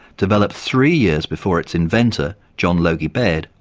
developed three years before its inventor, john logie baird,